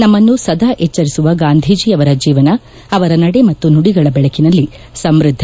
ನಮ್ಮನ್ನು ಸದಾ ಎಚ್ವರಿಸುವ ಗಾಂಧೀಜಿಯವರ ಜೀವನ ಅವರ ನಡೆ ಮತ್ತು ನುಡಿಗಳ ಬೆಳಕಿನಲ್ಲಿ ಸಮ್ಕದ್ದ